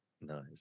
Nice